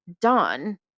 done